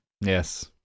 Yes